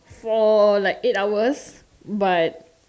for like eight hours but